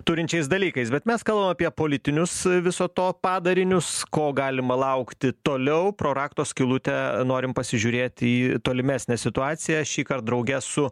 turinčiais dalykais bet mes kalbam apie politinius viso to padarinius ko galima laukti toliau pro rakto skylutę norim pasižiūrėti į tolimesnę situaciją šįkart drauge su